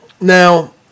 now